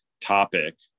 topic